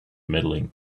medaling